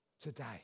today